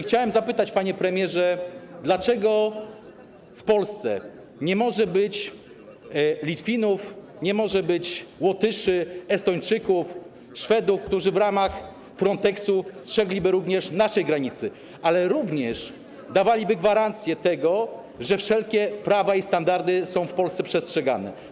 Chciałem zapytać, panie premierze, dlaczego w Polsce nie może być Litwinów, nie może być Łotyszy, Estończyków, Szwedów, którzy w ramach Fronteksu strzegliby naszej granicy, ale również dawaliby gwarancję tego, że wszelkie prawa i standardy są w Polsce przestrzegane.